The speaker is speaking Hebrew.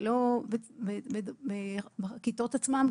ולא בכיתות עצמן,